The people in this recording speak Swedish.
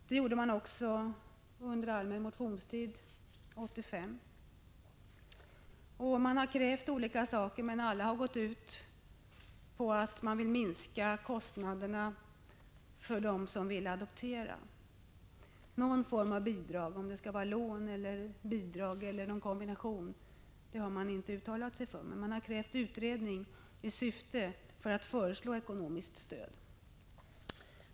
Det motionerades också under den allmänna motionstiden 1985. Motionärerna har krävt olika saker, men alla har gått ut på att kostnaderna för dem som vill adoptera skall minskas. Motionärerna har inte uttalat sig för om de vill ge lån eller bidrag eller någon form av kombination av lån och bidrag, men de har krävt en utredning i syfte att föreslå ekonomiskt stöd.